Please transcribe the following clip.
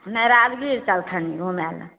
नहि राजगीर चलखनी घूमय लए